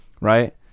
right